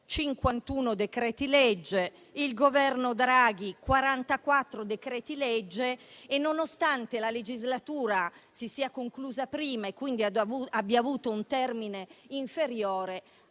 ha portati 51, il Governo Draghi ne ha portati 44 e, nonostante la legislatura si sia conclusa prima e quindi abbia avuto un termine inferiore,